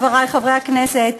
חברי חברי הכנסת,